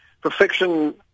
perfection